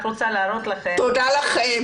תודה לכם.